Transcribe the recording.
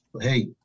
Hey